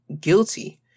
guilty